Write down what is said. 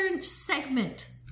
segment